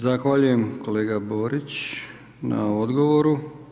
Zahvaljujem kolega Borić na odgovoru.